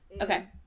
Okay